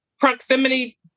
proximity